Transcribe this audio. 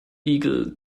eagle